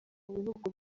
bihugu